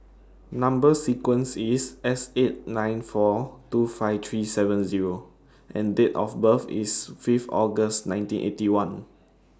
Number sequence IS S eight nine four two five three seven Zero and Date of birth IS five August nineteen Eighty One